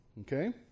Okay